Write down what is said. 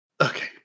okay